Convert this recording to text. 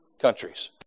countries